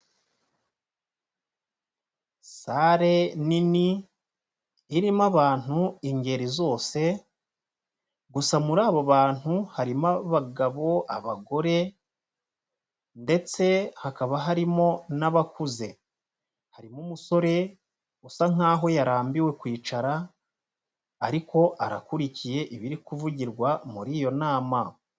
Sare nini irimo abantu ingeri zose gusa muri abo bantu harimo abagabo, abagore, ndetse hakaba harimo n'abakuze harimo umusore usa nkaho yarambiwe kwicara ariko arakurikiye ibiri kuvugirwa muri iyo nama.